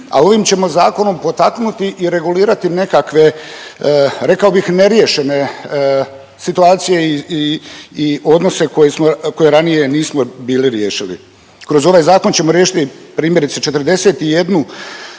ovim ćemo Zakonom potaknuti i regulirati nekakve, rekao bih, neriješene situacije i odnose koje ranije nismo bili riješili. Kroz ovaj Zakon ćemo riješiti primjerice, 41